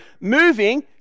moving